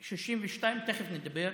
62, תכף נדבר.